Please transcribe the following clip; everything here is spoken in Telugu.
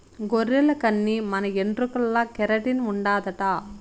గొర్రెల కన్ని మన ఎంట్రుకల్ల కెరటిన్ ఉండాదట